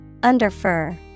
Underfur